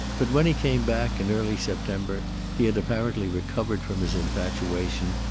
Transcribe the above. but when he came back, in early september, he had apparently recovered from his infatuation,